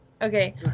Okay